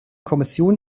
kommission